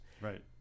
Right